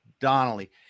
Donnelly